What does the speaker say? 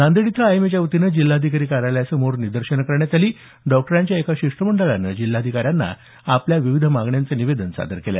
नांदेड इथं आयएमएच्या वतीनं जिल्हाधिकारी कार्यालयासमोर निदर्शनं करण्यात आली डॉक्टरांच्या एका शिष्टमंडळानं जिल्हाधिकाऱ्यांना आपल्या विविध मागण्यांचं निवेदन सादर केलं